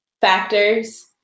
factors